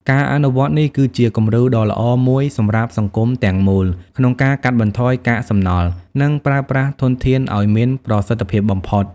ការអនុវត្តន៍នេះគឺជាគំរូដ៏ល្អមួយសម្រាប់សង្គមទាំងមូលក្នុងការកាត់បន្ថយកាកសំណល់ និងប្រើប្រាស់ធនធានឲ្យមានប្រសិទ្ធភាពបំផុត។